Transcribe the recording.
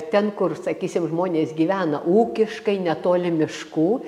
ten kur sakysim žmonės gyvena ūkiškai netoli miškų